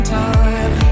time